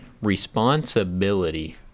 Responsibility